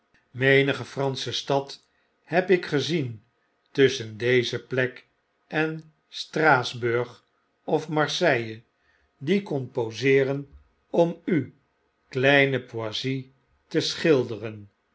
menige fransche stad heb ik gezien tusschen deze plek en straatsburg of marseilles die kon poseeren om u klein poissy te schilderen